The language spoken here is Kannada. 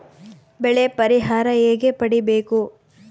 ಬೆಳೆ ಪರಿಹಾರ ಹೇಗೆ ಪಡಿಬೇಕು?